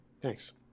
Thanks